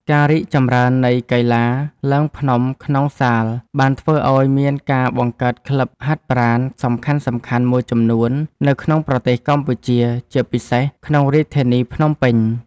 ការរីកចម្រើននៃកីឡាឡើងភ្នំក្នុងសាលបានធ្វើឱ្យមានការបង្កើតក្លឹបហាត់ប្រាណសំខាន់ៗមួយចំនួននៅក្នុងប្រទេសកម្ពុជា ជាពិសេសក្នុងរាជធានីភ្នំពេញ។